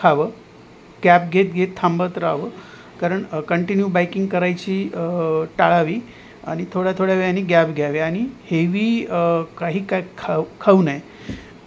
खावं गॅप घेत घेत थांबत रहावं कारण कंटिन्यू बाईकिंग करायची टाळावी आणि थोड्या थोड्या वेळाने गॅप घ्यावी आणि हेवी काही काय खाऊ खाऊ नये